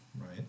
right